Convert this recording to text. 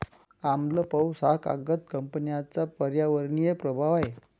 आम्ल पाऊस हा कागद कंपन्यांचा पर्यावरणीय प्रभाव आहे